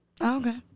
Okay